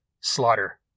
Slaughter